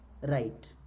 right